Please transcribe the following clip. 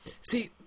See